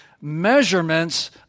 measurements